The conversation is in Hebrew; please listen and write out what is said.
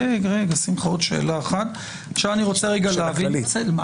הרגע המכריע לצורך העניין הוא ההסדר?